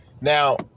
Now